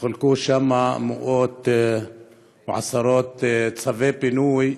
שחולקו מאות ועשרות צווי פינוי,